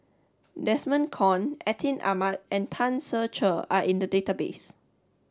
Desmond Kon Atin Amat and Tan Ser Cher are in the database